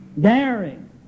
daring